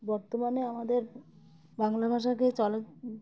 বর্তমানে আমাদের বাংলা ভাষাকে চল